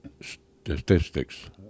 statistics